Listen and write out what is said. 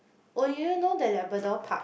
oh do you know the Labrador park